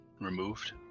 removed